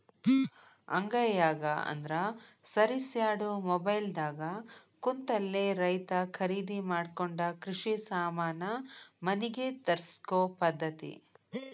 ಅಂಗೈಯಾಗ ಅಂದ್ರ ಸರಿಸ್ಯಾಡು ಮೊಬೈಲ್ ದಾಗ ಕುಂತಲೆ ರೈತಾ ಕರಿದಿ ಮಾಡಕೊಂಡ ಕೃಷಿ ಸಾಮಾನ ಮನಿಗೆ ತರ್ಸಕೊ ಪದ್ದತಿ